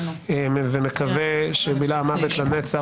אני מקווה ש"בילע המוות לנצח,